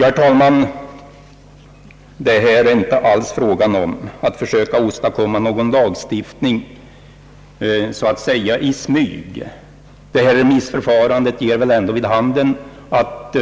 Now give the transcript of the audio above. Herr talman! Det är inte alls fråga om att försök åstadkomma en lagstiftning så att säga i smyg. Remissförfarandet ger väl ändå vid handen att